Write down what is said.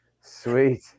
Sweet